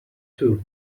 too